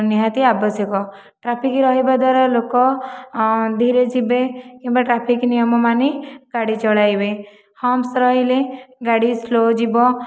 ନିହାତି ଆବଶ୍ୟକ ଟ୍ରାଫିକ ରହିବା ଦ୍ୱାରା ଲୋକ ଧୀରେ ଯିବେ କିମ୍ବା ଟ୍ରାଫିକ ନିୟମ ମାନି ଗାଡ଼ି ଚଳାଇବେ ହମ୍ପସ ରହିଲେ ଗାଡ଼ି ସ୍ଲୋ ଯିବ